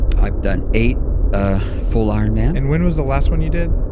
i've done eight ah full ironman and when was the last one you did?